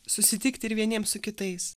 susitikti ir vieniems su kitais